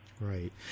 Right